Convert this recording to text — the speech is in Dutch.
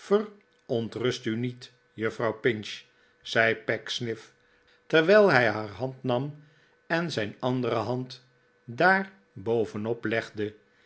u niet juffrouw pinch zei pecksniff terwijl hij haar hand nam en zijn andere hand daar bovenop legde